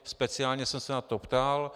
Speciálně jsem se na to ptal.